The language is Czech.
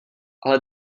ale